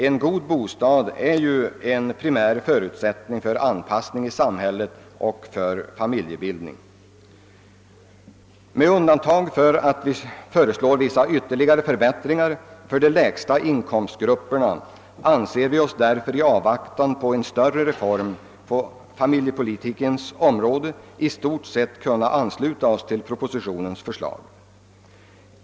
En god bostad är ju en primär förutsättning för anpassningen i samhället och för familjebildning. Med undantag för att vi föreslår ytterligare förbättringar för de lägsta inkomstgrupperna anser vi oss i avvaktan på en större reform på familjepolitikens område i stort sett kunna ansluta oss till propositionens förslag.